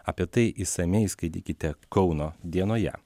apie tai išsamiai skaitykite kauno dienoje